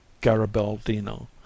Garibaldino